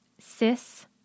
cis